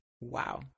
Wow